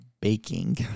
baking